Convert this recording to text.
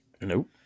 Nope